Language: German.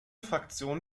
fraktion